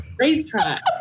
racetrack